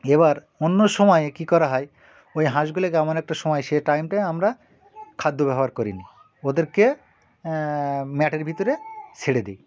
এবার অন্য সময়ে কী করা হয় ওই হাঁসগুলোকে এমন একটা সময় সে টাইমটায় আমরা খাদ্য ব্যবহার করিনি ওদেরকে ম্যাটের ভিতরে ছেড়ে দিই